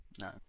No